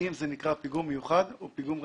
האם זה נקרא פיגום מיוחד או פיגום רגיל?